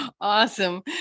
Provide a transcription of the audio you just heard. Awesome